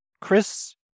Chris